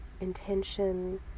intention